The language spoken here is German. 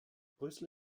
brüssel